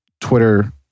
Twitter